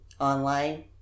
Online